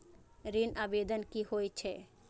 ऋण आवेदन की होय छै?